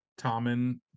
Tommen